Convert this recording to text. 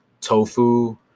tofu